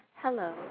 hello